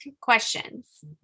questions